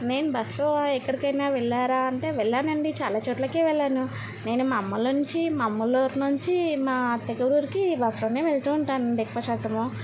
నేన్ బస్లో ఎక్కడికైనా వెళ్ళారా అంటే వెళ్ళానండి చాలా చోట్లకి వెళ్ళాను నేను మా అమ్మోళ్ళ నుంచి మా అమ్మోళ్ళ ఊరి నుంచి మా అత్తగారి ఊరికి బస్లోనే వెళ్తూ ఉంటానండి ఎక్కువ శాతము